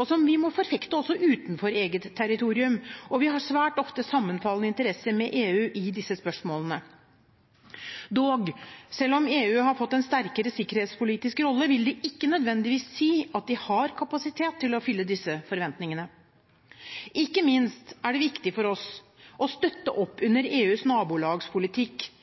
og som vi må forfekte også utenfor eget territorium. Vi har svært ofte sammenfallende interesser med EU i disse spørsmålene. Dog – selv om EU har fått en sterkere sikkerhetspolitisk rolle, vil det ikke nødvendigvis si at de har kapasitet til å fylle disse forventningene. Ikke minst er det viktig for oss å støtte opp om EUs nabolagspolitikk,